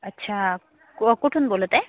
अच्छा क कुठून बोलत आहे